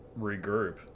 regroup